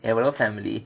எவ்ளோ:evlo family